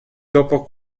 dopo